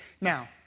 Now